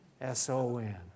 S-O-N